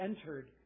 entered